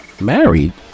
married